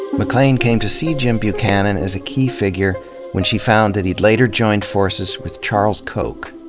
maclean came to see jim buchanan as a key figure when she found that he'd later joined forces with charles koch.